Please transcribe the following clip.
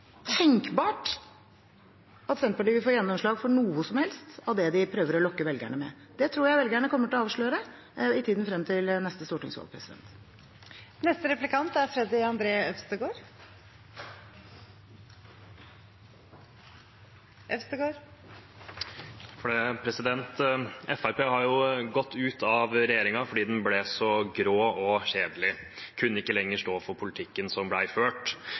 tenkbart at de vil få gjennomslag for noe som helst av det de prøver å lokke velgerne med. Det tror jeg velgerne kommer til å avsløre i tiden frem til neste stortingsvalg. Fremskrittspartiet har jo gått ut av regjeringen fordi den ble så grå og kjedelig. De kunne ikke lenger stå for politikken som ble ført.